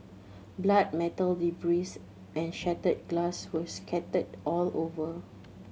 blood metal debris and shattered glass were scattered all over